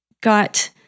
got